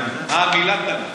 מה המילה תנ"ך.